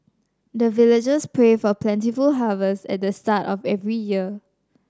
the villagers pray for plentiful harvest at the start of every year